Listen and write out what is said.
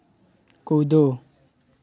कूदो